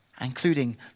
including